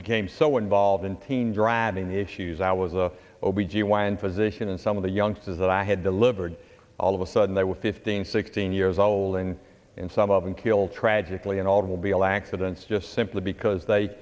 became so involved in teen driving the issues i was a o b g y n physician and some of the youngsters that i had delivered all of a sudden they were fifteen sixteen years old and in some of them killed tragically an automobile accidents just simply because they